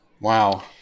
wow